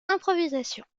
improvisation